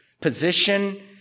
position